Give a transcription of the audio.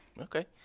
Okay